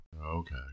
Okay